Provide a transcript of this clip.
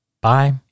Bye